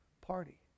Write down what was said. party